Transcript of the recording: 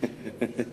אדוני.